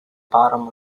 bottom